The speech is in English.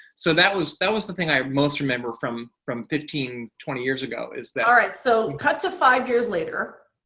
so that was that was the thing i most remember from from fifteen twenty years ago, is that. alright, so cut to five years later.